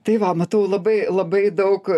tai va matau labai labai daug